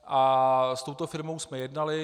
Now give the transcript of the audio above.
S touto firmou jsme jednali.